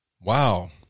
Wow